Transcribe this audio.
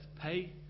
pay